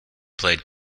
played